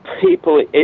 people